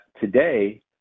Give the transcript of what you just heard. today